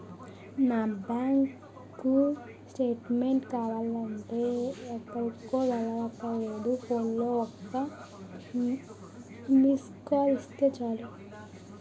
నా bank statement కావాలంటే ఎక్కడికో వెళ్ళక్కర్లేకుండా ఫోన్లో ఒక్క మిస్కాల్ ఇస్తే చాలు